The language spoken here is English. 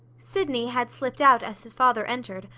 sydney had slipped out as his father entered,